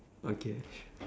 okay ah sure